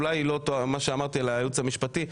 אולי לא מה שאמרתי על היועץ המשפטי,